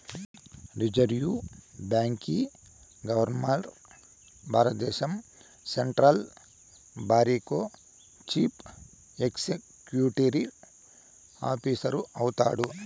reserve బాంకీ governor భారద్దేశం central బారికో చీఫ్ ఎక్సిక్యూటివ్ ఆఫీసరు అయితాడు